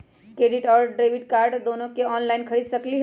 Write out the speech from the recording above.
Credit card और debit card दोनों से ऑनलाइन खरीद सकली ह?